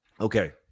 Okay